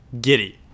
giddy